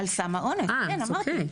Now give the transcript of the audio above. על סם האונס, כן, אמרתי.